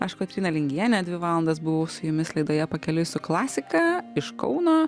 aš kotryna lingienė dvi valandas buvau su jumis laidoje pakeliui su klasika iš kauno